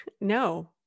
No